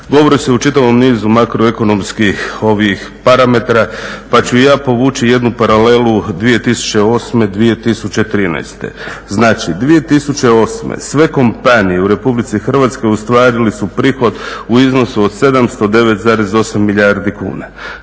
govori se o čitavom nizu makroekonomskih parametara pa ću ja povući jednu paralelu 2008.-2013. Znači 2008. sve kompanije u Republike Hrvatskoj ostvarile su prihod u iznosu od 709,8 milijardi kuna,